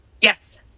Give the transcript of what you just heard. Yes